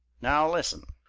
now listen!